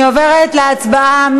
אני עוברת להצבעה.